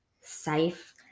safe